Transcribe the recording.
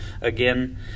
again